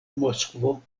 moskvo